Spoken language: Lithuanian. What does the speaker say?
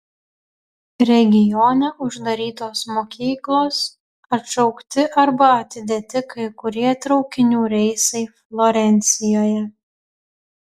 regione uždarytos mokyklos atšaukti arba atidėti kai kurie traukinių reisai florencijoje